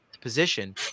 position